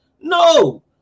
No